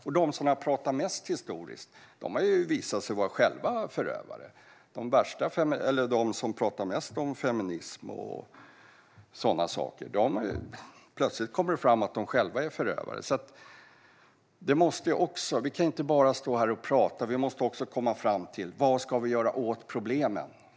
Och det har visat sig att de som historiskt har pratat mest om detta själva är förövare. Plötsligt kommer det fram att de som pratar mest om feminism och så vidare själva är förövare. Vi kan inte bara stå här och prata. Vi måste också komma fram till vad vi konkret ska göra åt problemen.